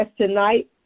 tonight